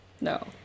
No